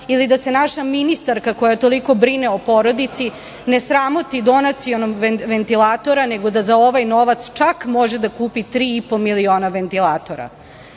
ili da se naša ministarka koja toliko brine o porodici ne sramoti donacijom ventilatora nego da za ovaj novac čak može da kupi tri i po miliona ventilatora. Da